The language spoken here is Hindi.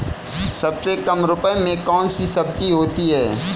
सबसे कम रुपये में कौन सी सब्जी होती है?